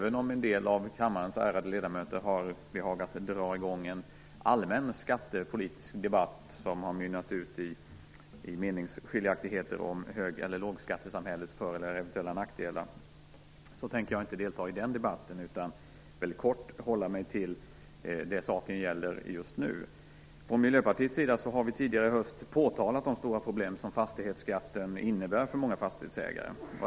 En del av kammarens ärade ledamöter har behagat dra i gång en allmän skattepolitisk debatt som har mynnat ut i meningsskiljaktigheter om hög och lågskattesamhällets för och nackdelar, men jag tänker inte delta i den debatten, utan jag tänker väldigt kort hålla mig till det saken gäller just nu. Från Miljöpartiets sida har vi tidigare i höst påtalat de stora problem som fastighetsskatten innebär för många fastighetsägare.